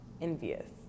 envious